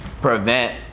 prevent